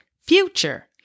future